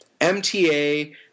MTA